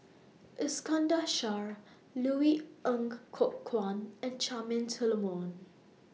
Iskandar Shah Louis Ng Kok Kwang and Charmaine Solomon